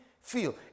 feel